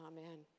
Amen